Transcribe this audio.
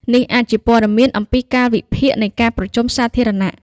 នេះអាចជាព័ត៌មានអំពីកាលវិភាគនៃការប្រជុំសាធារណៈ។